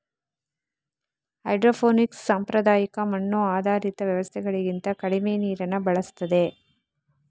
hydroponics ಸಾಂಪ್ರದಾಯಿಕ ಮಣ್ಣು ಆಧಾರಿತ ವ್ಯವಸ್ಥೆಗಳಿಗಿಂತ ಕಡಿಮೆ ನೀರನ್ನ ಬಳಸ್ತದೆ